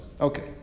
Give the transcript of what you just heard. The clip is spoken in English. Okay